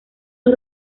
los